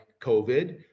COVID